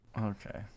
okay